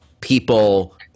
people